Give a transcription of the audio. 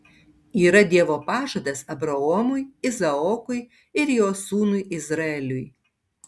yra dievo pažadas abraomui izaokui ir jo sūnui izraeliui